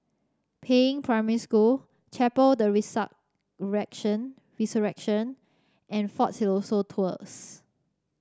Peiying Primary School Chapel the rection Resurrection and Fort Siloso Tours